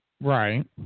Right